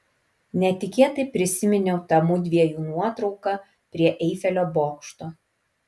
netikėtai prisiminiau tą mudviejų nuotrauką prie eifelio bokšto